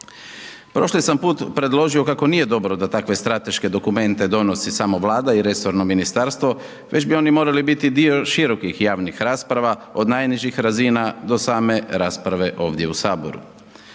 Prošli sam put predložio kako nije dobro da takve strateške dokumente donosi samo Vlada i resorno ministarstvo već bi oni morali biti dio širokih javnih rasprava od najnižih razina do same rasprave ovdje u saboru.